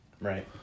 right